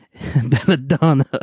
Belladonna